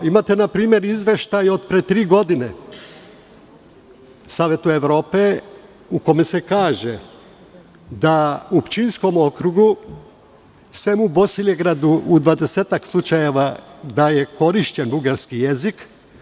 Imate, na primer, izveštaj od pre tri godine Saveta Evrope u kome se kaže da je u Pčinjskom okrugu, selu Bosilegradu, u 20-ak slučajeva korišćen bugarski jezik.